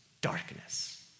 darkness